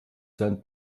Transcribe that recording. sein